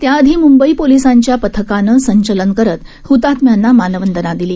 त्याआधी मुंबई पोलिसांच्या पथकानं संचलन करत हतात्म्यांना मानवंदना दिली